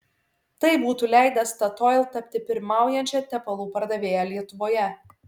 tai būtų leidę statoil tapti pirmaujančia tepalų pardavėja lietuvoje